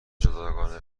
جداگانه